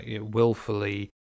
willfully